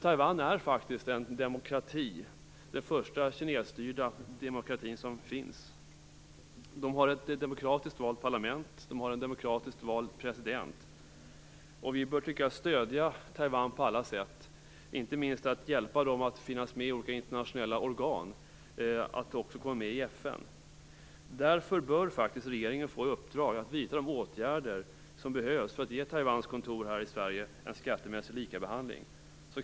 Taiwan är faktiskt en demokrati, den första kinesstyrda demokratin som finns. De har ett demokratiskt valt parlament och en demokratiskt vald president. Jag tycker att vi bör stödja Taiwan på alla sätt. Inte minst bör vi hjälpa dem att finnas med i olika internationella organ och att också komma med i FN. Därför bör faktiskt regeringen få i uppdrag att vidta de åtgärder som behövs för att ge Taiwans kontor här i Sverige en skattemässig likabehandling.